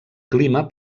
clima